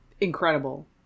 incredible